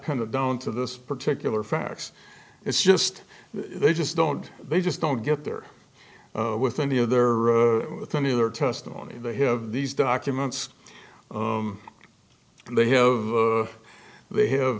kind of down to this particular facts it's just they just don't they just don't get their with any of their with any of their testimony they have these documents and they have they have